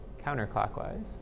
counterclockwise